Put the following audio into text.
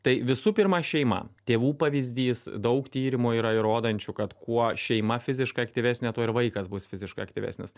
tai visų pirma šeima tėvų pavyzdys daug tyrimų yra įrodančių kad kuo šeima fiziškai aktyvesnė tuo ir vaikas bus fiziškai aktyvesnis